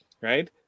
right